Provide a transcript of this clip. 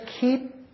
keep